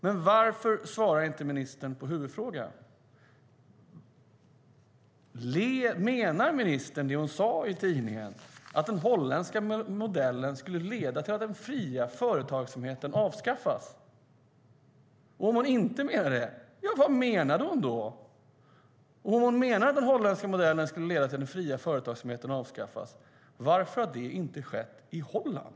Men varför svarar inte ministern på huvudfrågorna? Menar ministern det hon sade i tidningen, att den holländska modellen skulle leda till att den fria företagsamheten avskaffas? Om hon inte menade det, vad menade hon då? Om hon menade att den holländska modellen skulle leda till att den fria företagsamheten avskaffas, varför har det inte skett i Holland?